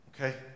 okay